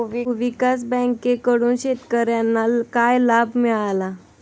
भूविकास बँकेकडून शेतकर्यांना काय लाभ मिळाला?